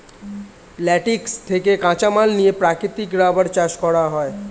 latex থেকে কাঁচামাল নিয়ে প্রাকৃতিক রাবার চাষ করা হয়